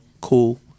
Cool